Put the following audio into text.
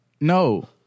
No